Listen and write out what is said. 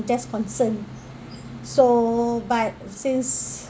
just concerned so but since